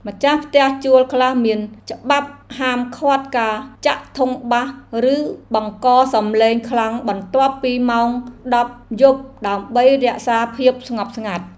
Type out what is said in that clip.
ម្ចាស់ផ្ទះជួលខ្លះមានច្បាប់ហាមឃាត់ការចាក់ធុងបាសឬបង្កសំឡេងខ្លាំងបន្ទាប់ពីម៉ោងដប់យប់ដើម្បីរក្សាភាពស្ងប់ស្ងាត់។